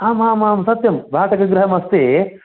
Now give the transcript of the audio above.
आम् आम् आम् सत्यं भाटकगृहमस्ति